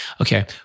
okay